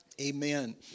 Amen